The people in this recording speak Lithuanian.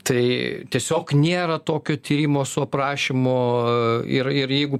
tai tiesiog nėra tokio tyrimo su aprašymu ir ir jeigu